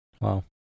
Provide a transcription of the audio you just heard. wow